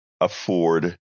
afford